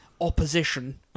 opposition